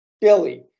Billy